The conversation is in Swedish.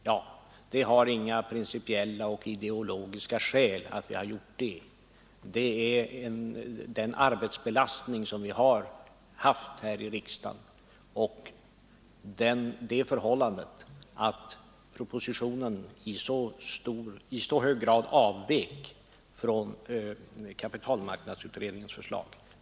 Ja, det är inga principiella och ideologiska skäl för att vi har gjort det, utan det är den arbetsbelastning som vi har haft här i riksdagen och det förhållandet att propositionen i så hög grad avvek från kapitalmarknadsutredningens förslag.